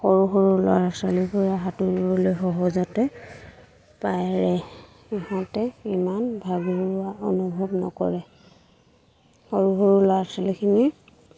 সৰু সৰু ল'ৰা ছোৱালীবোৰে সাঁতুৰিবলৈ সহজতে পাৰে সিহঁতে ইমান ভাগৰুৱা অনুভৱ নকৰে সৰু সৰু ল'ৰা ছোৱালীখিনি